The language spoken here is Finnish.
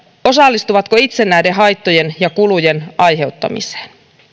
osallistuvatko itse näiden haittojen ja kulujen aiheuttamiseen